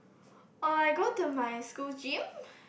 orh I go to my school gym